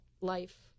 life